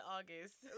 August